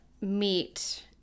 meet